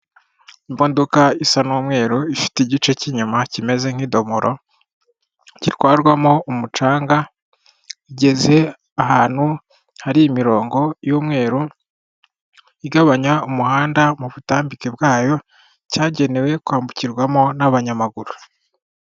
Imodoka isa n'umweru ifite igice cy'inyuma kimeze nk'idomoro gitwarwamo umucanga, igeze ahantu hari imirongo y'umweru igabanya umuhanda mu butambike bwayo cyagenewe kwambukirwamo n'abanyamaguru.